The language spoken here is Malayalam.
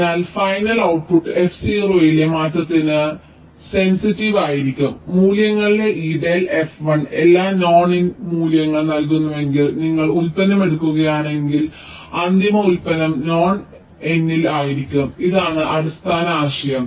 അതിനാൽ ഫൈനൽ ഔട്ട്പുട്ട് f0 ലെ മാറ്റത്തിന് സെൻസിറ്റീവ് ആയിരിക്കും മൂല്യങ്ങളിലെ ഈ ഡെൽ fi എല്ലാം നോൺ നൽ മൂല്യങ്ങൾ നൽകുന്നുവെങ്കിൽ നിങ്ങൾ ഉൽപ്പന്നം എടുക്കുകയാണെങ്കിൽ അന്തിമ ഉൽപ്പന്നം നോൺ നൽ ആയിരിക്കും ഇതാണ് അടിസ്ഥാന ആശയം